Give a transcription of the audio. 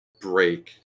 break